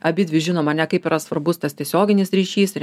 abidvi žinom ane kaip yra svarbus tas tiesioginis ryšys ir